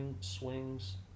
swings